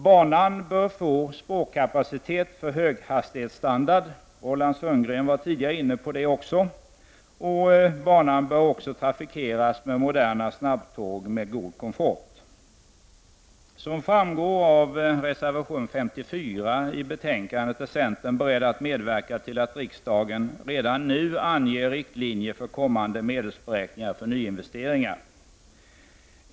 Banan bör få spårkapacitet för höghastighetsstandard, vilket Roland Sundgren tidigare var inne på, och banan bör också trafikeras med moderna snabbtåg med god komfort. Som framgår av reservation 54 till betänkandet är centern beredd att medverka till att riksdagen redan nu anger riktlinjer för kommande medelsberäkningar för nyinvesteringar.